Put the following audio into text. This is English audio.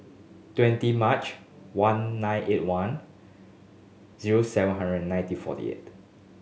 twenty March one nine eight one zero seven hundred and nineteen forty eight